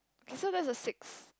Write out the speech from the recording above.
so that's the sixth